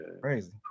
Crazy